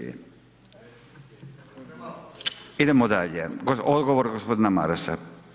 Idemo dalje, odgovor g. Marasa.